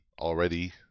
already